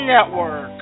Network